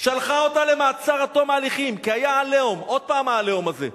שלחה אותה למעצר עד תום ההליכים כי היה "עליהום" עוד פעם ה"עליהום" הזה.